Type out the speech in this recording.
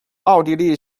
奥地利